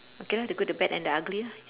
okay lah the good the bad and the ugly lah